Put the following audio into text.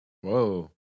Whoa